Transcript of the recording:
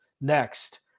next